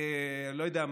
לא יודע,